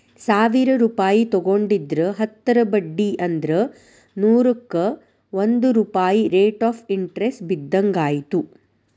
ಸಾವಿರ್ ರೂಪಾಯಿ ತೊಗೊಂಡಿದ್ರ ಹತ್ತರ ಬಡ್ಡಿ ಅಂದ್ರ ನೂರುಕ್ಕಾ ಒಂದ್ ರೂಪಾಯ್ ರೇಟ್ ಆಫ್ ಇಂಟರೆಸ್ಟ್ ಬಿದ್ದಂಗಾಯತು